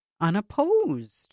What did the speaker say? unopposed